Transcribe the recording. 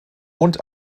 und